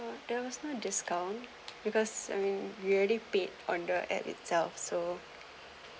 there was no discount because I mean we already paid on the app itself so